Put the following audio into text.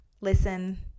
listen